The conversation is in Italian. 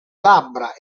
labbra